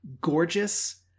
gorgeous